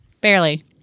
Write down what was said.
barely